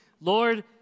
Lord